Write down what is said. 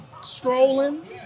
strolling